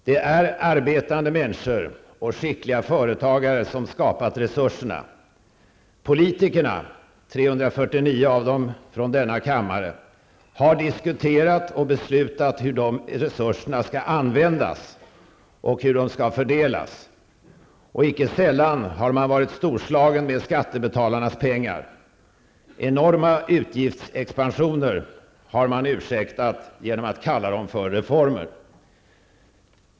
Det är arbetande människor och skickliga företagare som skapat resurserna. har diskuterat och beslutat hur dessa resurser skall användas och fördelas. Icke sällan har man varit storslagen med skattebetalarnas pengar. Enorma utgiftsexpansioner har man ursäktat genom att kalla dem för reformer.